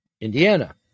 Indiana